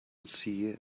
see